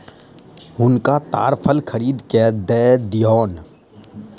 हुनका ताड़ फल खरीद के दअ दियौन